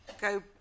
go